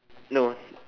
no